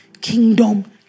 kingdom